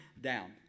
down